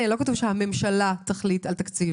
לא כתוב כאן שהממשלה תחליט על תקציב.